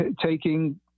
taking